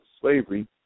slavery